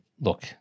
look